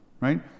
right